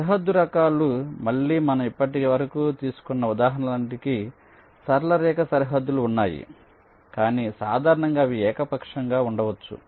సరిహద్దు రకాలు మళ్ళీ మనం ఇప్పటివరకు తీసుకున్న ఉదాహరణలన్నింటికీ సరళ రేఖ సరిహద్దులు ఉన్నాయి కాని సాధారణంగా అవి ఏకపక్షంగా ఉండవచ్చు